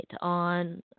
on